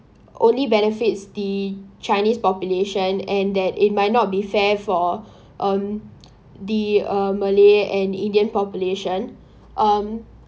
only benefits the chinese population and that it might not be fair for um the uh malay and indian population um